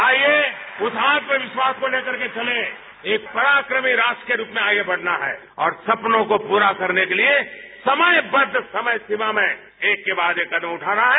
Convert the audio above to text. आइए उस आत्मविश्वास को लेकर चलें एक पराक्रमी राष्ट्र के रूप में आगे बढ़ना है और सपनों को पूरा करने के लिए समयबद्व समय सीमा में एक के बाद एक अनूठा रहा है